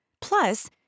Plus